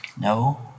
No